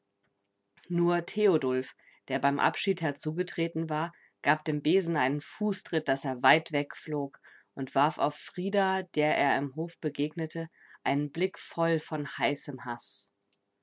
nur theodulf der beim abschied herzugetreten war gab dem besen einen fußtritt daß er weit wegflog und warf auf frida der er im hof begegnete einen blick voll von heißem haß